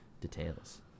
details